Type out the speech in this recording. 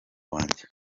wanjye